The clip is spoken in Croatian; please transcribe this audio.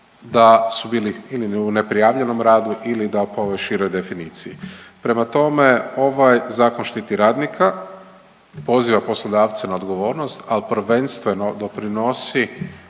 da su bili ili u neprijavljenom radu ili da po ovoj široj definiciji. Prema tome, ovaj zakon štiti radnika, poziva poslodavce na odgovornost ali prvenstveno doprinosi